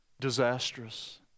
disastrous